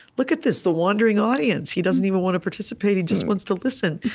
look at this. the wandering audience. he doesn't even want to participate. he just wants to listen.